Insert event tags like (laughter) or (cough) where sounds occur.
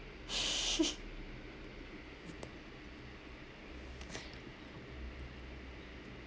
(laughs)